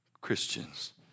Christians